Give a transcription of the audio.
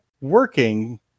working